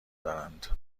دارند